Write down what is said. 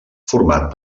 format